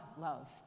love